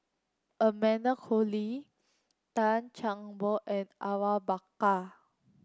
Amanda Koe Lee Tan Chan Boon and Awang Bakar